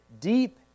deep